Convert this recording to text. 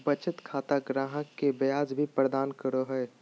बचत खाता ग्राहक के ब्याज भी प्रदान करो हइ